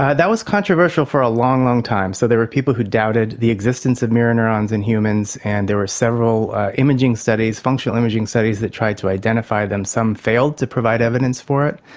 um that was controversial for a long, long time. so there were people who doubted the existence of mirror neurons in humans and there were several imaging studies, functional imaging studies, that tried to identify them. some failed to provide evidence for it.